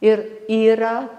ir yra